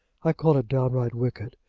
i call it downright wicked.